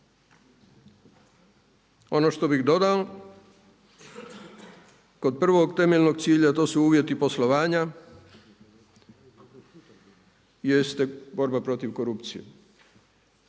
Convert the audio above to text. Ono što bih dodao kod prvog temeljnog cilja to su uvjeti poslovanja i jeste borba protiv korupcije.